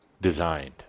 designed